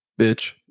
bitch